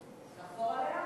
לחזור עליה?